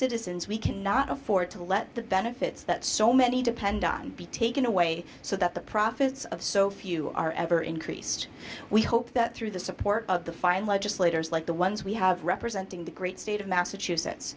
citizens we cannot afford to let the benefits that so many depend on be taken away so that the profits of so few are ever increased we hope that through the support of the fine legislators like the ones we have representing the great state of massachusetts